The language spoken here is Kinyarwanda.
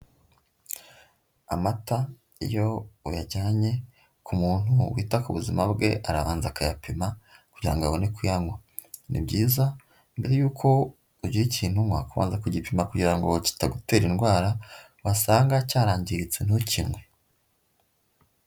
Amata iyo uyajyanye ku muntu wita ku buzima bwe arabanza akayapima kugira ngo abone kuyanywa, ni byiza mbere yuko ugira ikintu unywa kubanza kugipima kugira ngo kitagutera indwara wasanga cyarangiritse ntukinywe.